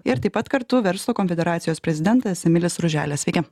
ir taip pat kartu verslo konfederacijos prezidentas emilis ruželė sveiki